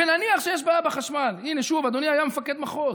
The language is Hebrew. ונניח שיש בעיה בחשמל, ושוב, אדוני היה מפקד מחוז.